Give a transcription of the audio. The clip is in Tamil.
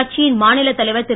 கட்சியின் மாநிலத் தலைவர் திரு